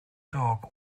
dog